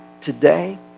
today